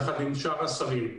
יחד עם שאר השרים.